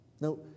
Now